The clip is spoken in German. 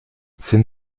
sind